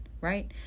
right